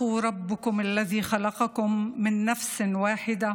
עליכם ביראת האל אשר ברא אתכם מנפש אחת,